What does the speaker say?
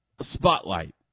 Spotlight